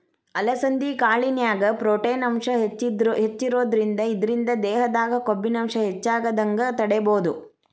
ಅಲಸಂಧಿ ಕಾಳಿನ್ಯಾಗ ಪ್ರೊಟೇನ್ ಅಂಶ ಹೆಚ್ಚಿರೋದ್ರಿಂದ ಇದ್ರಿಂದ ದೇಹದಾಗ ಕೊಬ್ಬಿನಾಂಶ ಹೆಚ್ಚಾಗದಂಗ ತಡೇಬೋದು